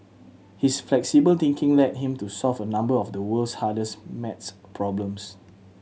his flexible thinking led him to solve a number of the world's hardest maths problems